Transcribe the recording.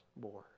more